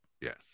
Yes